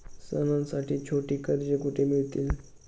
सणांसाठी छोटी कर्जे कुठे मिळतील?